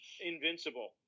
invincible